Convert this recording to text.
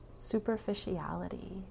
superficiality